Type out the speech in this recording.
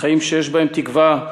לחיים שיש בהם תקווה,